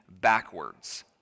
backwards